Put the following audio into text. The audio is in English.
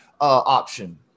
option